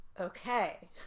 Okay